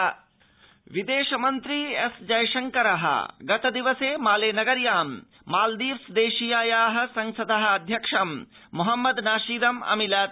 Maldives Jaishankar विदेशमन्त्री एसजयशंकर गतिदवसे माले नगर्यां मालदीव्स देशीयाया संसदोऽध्यक्षं मोहम्मद नाशीदम् अमिलत्